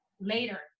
Later